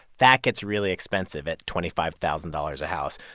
that gets really expensive at twenty five thousand dollars a house.